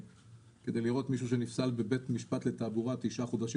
כדי לראות מישהו שנפסל בבית משפט לתעבורה לתשעה חודשים,